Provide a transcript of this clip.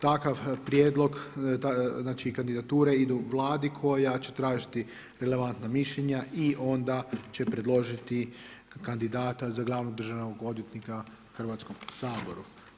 Takav prijedlog znači kandidature idu Vladi koja će tražiti relevantna mišljenja i onda će predložiti kandidata za glavnog državnog odvjetnika Hrvatskom saboru.